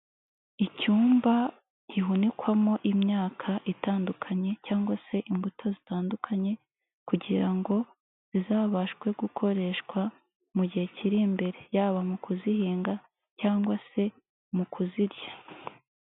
Icyumba gihunikwamo imyaka itandukanye cyangwa se imbuto zitandukanye kugira ngo zizabashwe gukoreshwa mu gihe kiri imbere, yaba mu kuzihinga cyangwa se mu kuzirya.